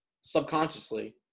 subconsciously